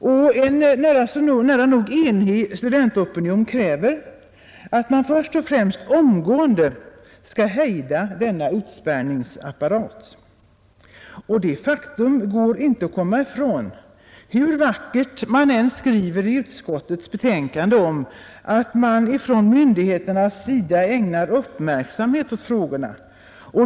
En nära nog enig studentopinion kräver att man först och främst omgående hejdar denna utspärrning. Detta faktum går inte att bortse ifrån, hur vackert man än skriver i utskottets betänkande om att man från myndigheternas sida ägnar uppmärksamhet åt frågorna.